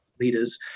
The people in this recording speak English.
leaders